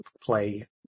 play